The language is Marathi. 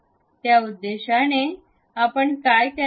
त्या उद्देशाने आपण काय करावे